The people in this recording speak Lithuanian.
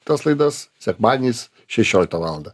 tas laidas sekmadieniais šešioliktą valandą